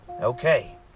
Okay